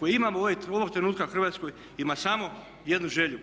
koje imamo u ovom trenutku u Hrvatskoj ima samo jednu želju